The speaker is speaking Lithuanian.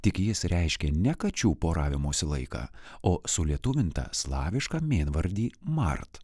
tik jis reiškė ne kačių poravimosi laiką o sulietuvintą slavišką mėnvardį mart